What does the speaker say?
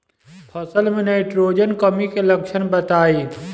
फसल में नाइट्रोजन कमी के लक्षण बताइ?